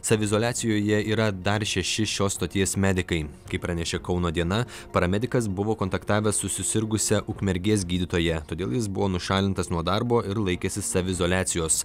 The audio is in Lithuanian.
saviizoliacijoje yra dar šeši šios stoties medikai kaip pranešė kauno diena paramedikas buvo kontaktavęs su susirgusia ukmergės gydytoja todėl jis buvo nušalintas nuo darbo ir laikėsi saviizoliacijos